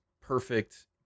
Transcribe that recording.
perfect